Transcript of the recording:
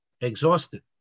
exhausted